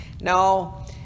No